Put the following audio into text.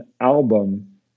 album